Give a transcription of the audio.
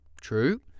true